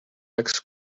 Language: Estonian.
läks